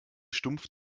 stumpf